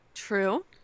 true